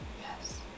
Yes